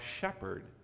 shepherd